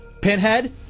Pinhead